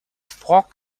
folk